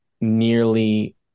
nearly